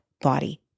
body